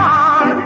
on